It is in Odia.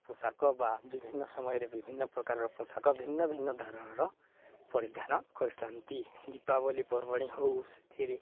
ପୋଷାକ ବା ବିଭିନ୍ନ ସମୟରେ ବିଭିନ୍ନ ପ୍ରକାରର ପୋଷାକ ଭିନ୍ନ ଭିନ୍ନ ଧାରଣର ପରିଧାନ କରିଥାନ୍ତି ଦୀପାବଳୀ ପର୍ବାଣୀ ହଉ ସେଥିରେ